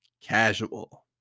casual